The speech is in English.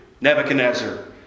Nebuchadnezzar